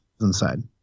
Inside